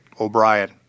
O'Brien